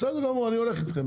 בסדר גמור אני הולך איתכם,